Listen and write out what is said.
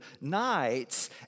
nights